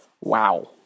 Wow